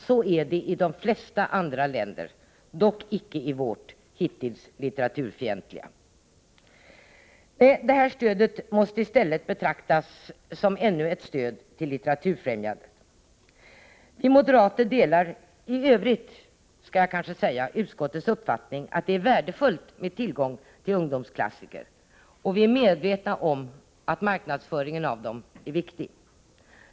Så är det i de flesta andra länder, dock inte i vårt hittills litteraturfientliga land. Detta stöd måste i stället betraktas som ännu ett stöd till Litteraturfrämjandet. Vi moderater delar i övrigt — det skall jag kanske säga — utskottets uppfattning att det är värdefullt med tillgång till ungdomsklassiker, och vi är medvetna om att marknadsföringen av dessa är viktig.